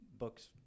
books